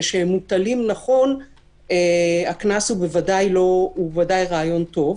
וכשהם מוטלים נכון הקנס הוא בוודאי רעיון טוב,